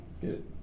Good